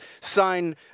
sign